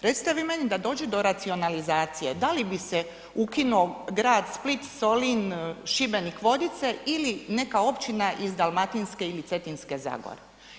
Recite vi meni da dođe racionalizacije, da li bi se ukinuo grad Split, Solin, Šibenik, Vodice ili neka općina iz Dalmatinske ili Cetinske zagore?